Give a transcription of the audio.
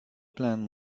plant